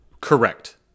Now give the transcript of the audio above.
correct